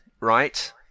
right